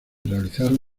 realizaron